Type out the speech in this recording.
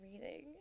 reading